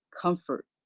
comfort